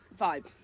vibe